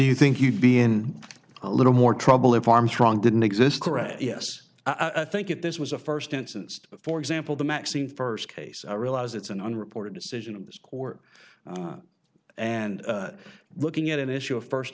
you think you'd be in a little more trouble if armstrong didn't exist correct yes i think if this was a first instance for example the maxine first case i realize it's an on reported decision of this court and looking at an issue of first